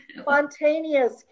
spontaneous